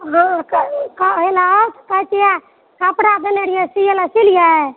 हो कहैला कहै छिऐ कपड़ा देने रहिऐ सिऐला सिलिऐ